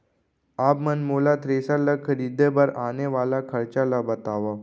आप मन मोला थ्रेसर ल खरीदे बर आने वाला खरचा ल बतावव?